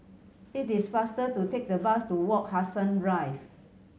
it is faster to take the bus to Wak Hassan Drive